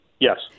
Yes